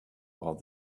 all